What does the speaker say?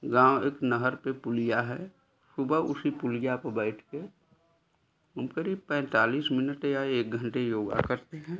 गाँव एक नहर पे पुलिया है सुबह उसी पुलिया पे बैठ के हम करीब पैंतालीस मिनट या एक घंटे योगा करते हैं